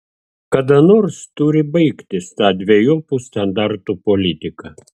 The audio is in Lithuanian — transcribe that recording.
kada nors turi baigtis ta dvejopų standartų politika